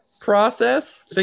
process